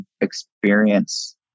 experience